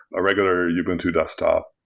a regular ubuntu desktop,